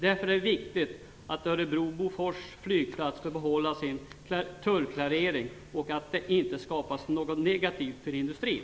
Därför är det viktigt att Örebro-Bofors flygplats får behålla sin tullklarering och att det inte skapas något negativt för industrin.